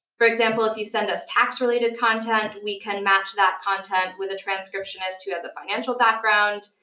for example, if you send us tax related content, we can match that content with a transcriptionist who has a financial background.